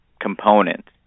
components